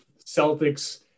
celtics